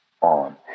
on